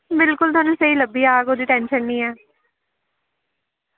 बिलकुल थुआनूं स्हेई लब्भी जाह्ग ओह्दी टैंशन निं ऐ